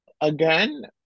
again